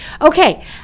Okay